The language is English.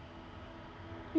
mm